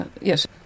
Yes